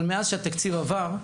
אבל מאז שהתקציב עבר,